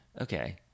okay